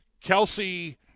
Kelsey